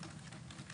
נכון.